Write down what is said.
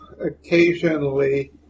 occasionally